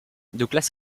douglas